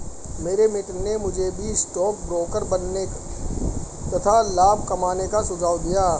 मेरे मित्र ने मुझे भी स्टॉक ब्रोकर बनने तथा लाभ कमाने का सुझाव दिया